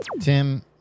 Tim